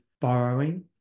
borrowing